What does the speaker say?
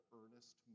earnest